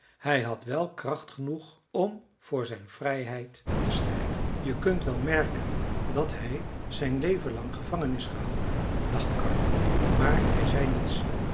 hij had wel kracht genoeg om voor zijn vrijheid te strijden je kunt wel merken dat hij zijn leven lang gevangen is gehouden dacht karr maar hij zeide niets